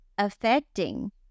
Affecting